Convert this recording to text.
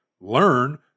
learn